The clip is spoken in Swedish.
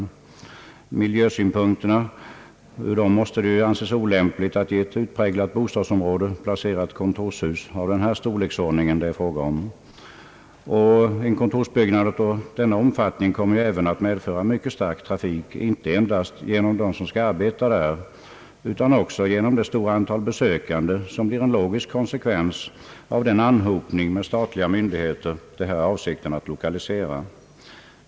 Ur miljösynpunkt måste det anses olämpligt att i ett utpräglat bostadsområde placera ett kontorshus av den storleksordning det här är fråga om. En kontorsbyggnad av denna omfattning kommer även att medföra en mycket stark trafik, inte endast av dem som skall arbeta där utan också genom det stora antal besökande som blir en 1ogisk konsekvens av den anhopning av statliga myndigheter det är avsikten att lokalisera hit.